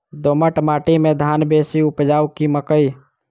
दोमट माटि मे धान बेसी उपजाउ की मकई?